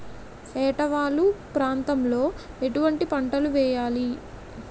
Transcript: ఏటా వాలు ప్రాంతం లో ఎటువంటి పంటలు వేయాలి?